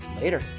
later